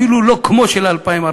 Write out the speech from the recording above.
אפילו לא כמו של 2014,